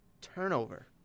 turnover